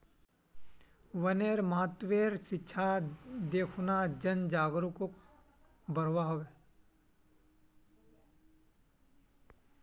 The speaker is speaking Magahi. वनेर महत्वेर शिक्षा दे खूना जन जागरूकताक बढ़व्वा